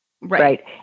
Right